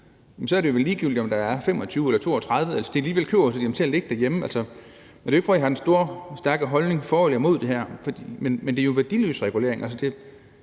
så er det vel ligegyldigt, om der er 25 eller 32 stk. i pakkerne, når de alligevel køber nok til at have liggende derhjemme. Det er jo ikke, fordi jeg har den store stærke holdning for eller imod det her, men der er tale om værdiløs regulering.